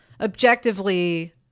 objectively